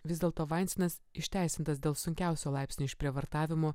vis dėlto vainstinas išteisintas dėl sunkiausio laipsnio išprievartavimų